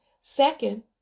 Second